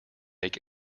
make